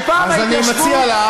שפעם ההתיישבות הייתה, אז אני מציע לך,